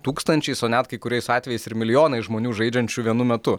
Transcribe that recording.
tūkstančiais o net kai kuriais atvejais ir milijonai žmonių žaidžiančių vienu metu